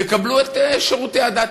יקבלו את שירותי הדת.